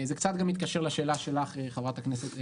זה קצת גם מתקשר לשאלה שלך, חברת הכנסת בזק,